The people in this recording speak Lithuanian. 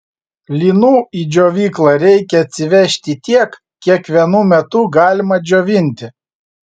linų į džiovyklą reikia atsivežti tiek kiek vienu metu galima džiovinti